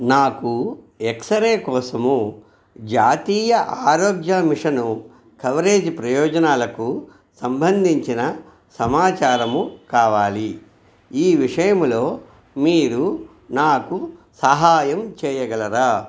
నాకు X ray కోసము జాతీయ ఆరోగ్య మిషన్ కవరేజ్ ప్రయోజనాలకు సంబంధించిన సమాచారము కావాలి ఈ విషయములో మీరు నాకు సహాయం చేయగలరా